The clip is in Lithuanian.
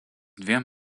dviem